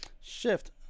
Shift